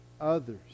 others